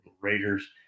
Raiders